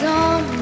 on